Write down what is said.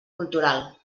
cultural